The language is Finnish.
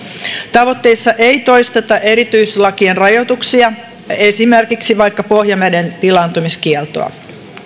tavoitteissa ei toisteta erityislakien rajoituksia esimerkiksi vaikka pohjaveden pilaantumiskieltoa